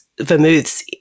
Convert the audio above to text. vermouths